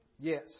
Yes